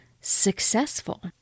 successful